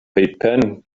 peipen